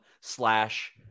slash